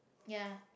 ya